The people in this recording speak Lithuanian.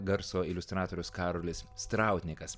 garso iliustratorius karolis strautienkas